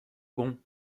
bon